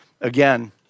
again